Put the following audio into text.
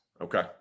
Okay